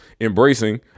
embracing